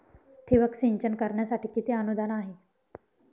ठिबक सिंचन करण्यासाठी किती अनुदान आहे?